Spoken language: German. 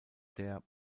der